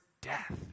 death